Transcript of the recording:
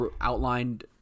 outlined